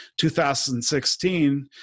2016